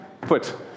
Put